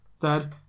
third